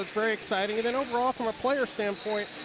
very exciting. and and overall from a player standpoint,